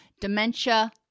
dementia